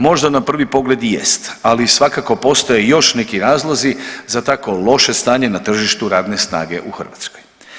Možda na prvi pogled i jest, ali svakako postoje još neki razlozi za tako loše stanje na tržištu radne snage u Hrvatskoj.